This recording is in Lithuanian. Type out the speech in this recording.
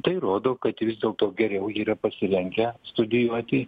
tai rodo kad vis dėlto geriau yra pasirengę studijuoti